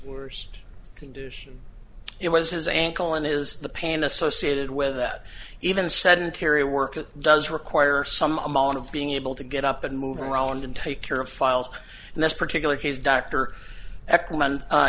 worst condition it was his ankle and is the pain associated with that even sedentary work it does require some amount of being able to get up and move around and take care of files in this particular case d